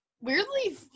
Weirdly